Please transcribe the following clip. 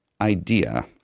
idea